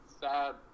sad